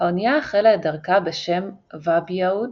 האונייה החלה את דרכה בשם ובייעוד